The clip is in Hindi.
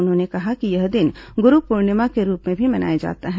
उन्होंने कहा कि यह दिन गुरु पूर्णिमा के रूप में भी मनाया जाता है